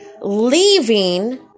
leaving